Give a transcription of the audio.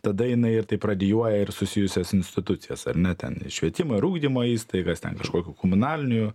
tada jinai ir taip radijuoja ir susijusias institucijas ar ne ten švietimo ir ugdymo įstaigas ten kažkokių komunalinių